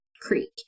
Creek